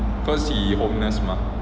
cause he home nurse mah